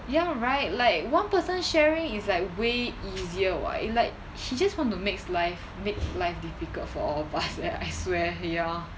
ya right like one person sharing is like way easier [what] it's like he just want to makes life make life difficult for all of us eh I swear ya